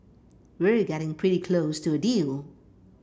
we're getting pretty close to a deal